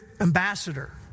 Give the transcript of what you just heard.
ambassador